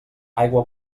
aigua